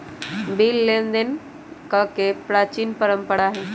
bill लेनदेन कके प्राचीन परंपरा हइ